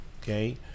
Okay